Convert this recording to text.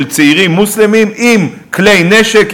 של צעירים מוסלמים עם כלי נשק,